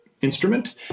instrument